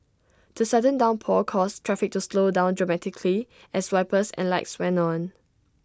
the sudden downpour caused traffic to slow down dramatically as wipers and lights went on